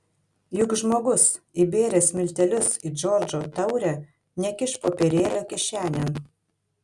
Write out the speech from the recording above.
juk žmogus įbėręs miltelius į džordžo taurę nekiš popierėlio kišenėn